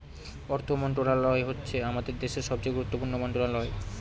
অর্থ মন্ত্রণালয় হচ্ছে আমাদের দেশের সবচেয়ে গুরুত্বপূর্ণ মন্ত্রণালয়